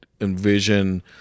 envision